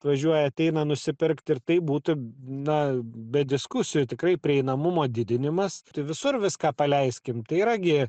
atvažiuoja ateina nusipirkt ir tai būtų na be diskusijų tikrai prieinamumo didinimas visur viską paleiskim tai yra gi